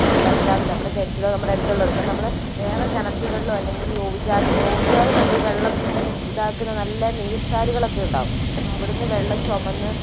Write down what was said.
വെള്ളാമുണ്ടാവില്ല നമ്മുടെ കിണറ്റിലെ നമ്മുടെ അടുത്തുള്ളിടത്ത് നിന്ന് നമ്മള് വേറെ കിണറ്റുകളിലോ അല്ലെങ്കിൽ ഈ ഓവ്ചാൽ ഓവ്ചാലിന്നല്ല ഈ വെള്ളം ഇങ്ങനെ നി ഇതാക്കുന്ന നല്ല നീർചാലുകളൊക്കെ ഉണ്ടാവും അപ്പോൾ അവിടന്ന് വെള്ളം ചുമന്ന്